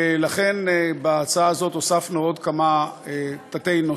ולכן בהצעה הזאת הוספנו עוד כמה תת-נושאים,